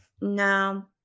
no